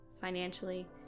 financially